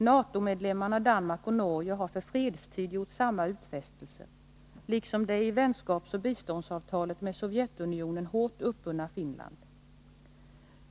NATO-medlemmarna Danmark och Norge har för fredstid gjort samma utfästelser, liksom det i vänskapsoch biståndsavtalet med Sovjetunionen hårt uppbundna Finland.